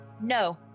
No